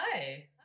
Hi